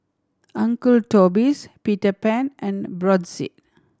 Uncle Toby's Peter Pan and Brotzeit